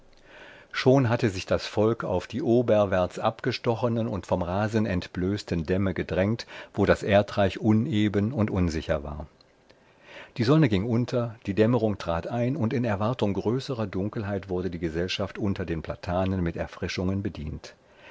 schon hatte sich das volk auf die oberwärts abgestochenen und vom rasen entblößten dämme gedrängt wo das erdreich uneben und unsicher war die sonne ging unter die dämmerung trat ein und in erwartung größerer dunkelheit wurde die gesellschaft unter den platanen mit erfrischungen bedient